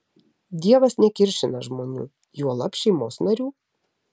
dievas nekiršina žmonių juolab šeimos narių